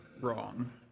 wrong